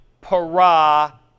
para